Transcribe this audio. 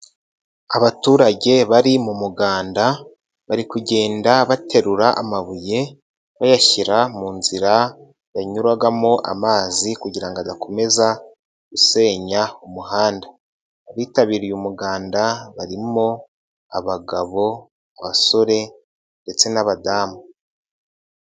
Abaturage bari mu muganda bari kugenda baterura amabuye bayashyira mu nzira yanyuragamo amazi kugira ngo adakomeza gusenya umuhanda, abitabiriye umuganda barimo: abagabo, abasore ndetse n'abadamu.